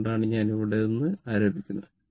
അതുകൊണ്ടാണ് ഞാൻ ഇവിടെ നിന്ന് ആരംഭിക്കുന്നത്